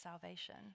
salvation